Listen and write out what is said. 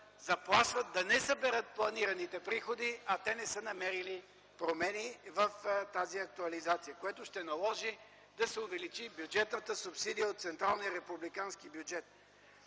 заплашват да не съберат планираните приходи, а те не са намерили промени в тази актуализация, което ще наложи да се увеличи бюджетната субсидия от